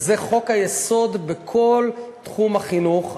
וזה חוק-היסוד בכל תחום החינוך.